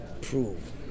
prove